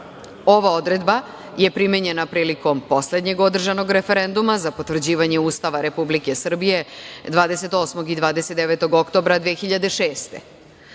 Ova odredba je primenjena prilikom poslednjeg održanog referenduma za potvrđivanje Ustava Republike Srbije 28. i 29. oktobra 2006.